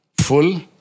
full